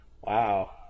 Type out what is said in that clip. Wow